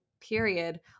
period